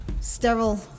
sterile